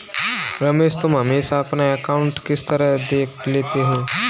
रमेश तुम हमेशा अपना अकांउट किस तरह देख लेते हो?